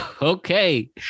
Okay